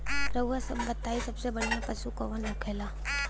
रउआ सभ बताई सबसे बढ़ियां पशु कवन होखेला?